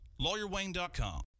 LawyerWayne.com